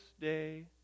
day